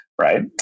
right